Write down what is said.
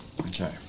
okay